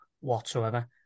whatsoever